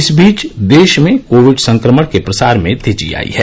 इस बीच देश में कोविड संक्रमण के प्रसार में तेजी आयी है